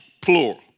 Plural